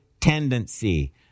tendency